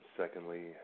secondly